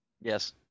Yes